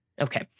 okay